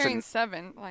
seven